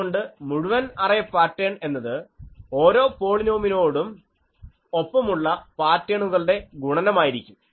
അതുകൊണ്ട് മുഴുവൻ array pattern എന്നത് ഓരോ പോളിനോമിയലിനോടും ഒപ്പമുള്ള പാറ്റേണുകളുടെ ഗുണനമായിരിക്കും